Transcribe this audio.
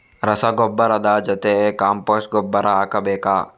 ರಸಗೊಬ್ಬರದ ಜೊತೆ ಕಾಂಪೋಸ್ಟ್ ಗೊಬ್ಬರ ಹಾಕಬೇಕಾ?